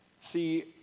See